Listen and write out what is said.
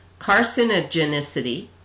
carcinogenicity